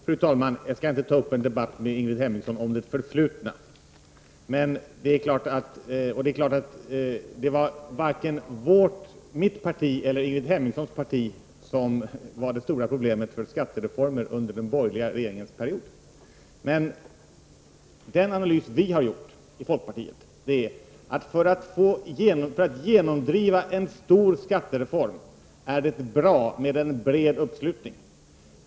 Fru talman! Jag skall inte ta upp någon debatt med Ingrid Hemmingsson om det förflutna. Det är klart att det inte var vare sig mitt eller Ingrid Hemmingssons parti som var det stora problemet när det gällde att genomföra skattereformer under den borgerliga regeringens period. Den analys vi har gjort i folkpartiet är att det när man vill genomdriva en stor skattereform är bra med en bred uppslutning.